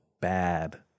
bad